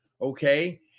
okay